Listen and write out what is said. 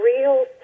real